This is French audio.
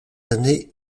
années